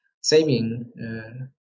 saving